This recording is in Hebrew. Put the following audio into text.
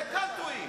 אולי אתם טועים?